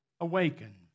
awaken